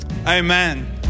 Amen